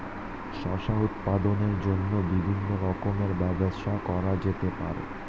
শস্য উৎপাদনের জন্য বিভিন্ন রকমের ব্যবস্থা করা যেতে পারে